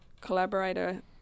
collaborator